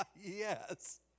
yes